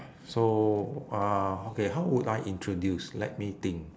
so uh okay how would I introduce let me think